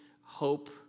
hope